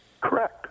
Correct